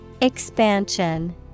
Expansion